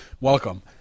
welcome